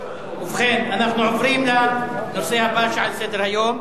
ובכן, אנחנו עוברים לנושא הבא שעל סדר-היום: